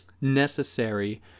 necessary